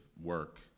work